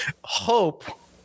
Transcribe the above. hope